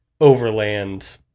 overland